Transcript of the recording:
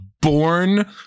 born